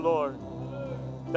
Lord